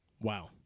Wow